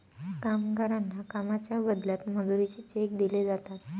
कामगारांना कामाच्या बदल्यात मजुरीचे चेक दिले जातात